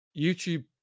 YouTube